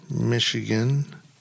Michigan